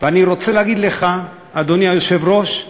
ואני רוצה להגיד לך, אדוני היושב-ראש,